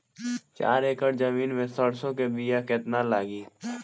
चार एकड़ जमीन में सरसों के बीया कितना लागी?